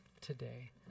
today